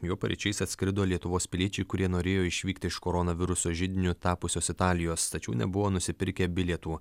juo paryčiais atskrido lietuvos piliečiai kurie norėjo išvykti iš koronaviruso židiniu tapusios italijos tačiau nebuvo nusipirkę bilietų